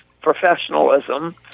professionalism